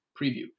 preview